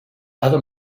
other